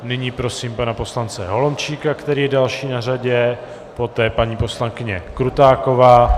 Nyní prosím pana poslance Holomčíka, který je další na řadě, poté paní poslankyně Krutáková.